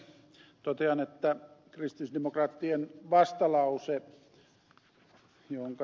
totean että kristillisdemokraattien vastalause jonka ed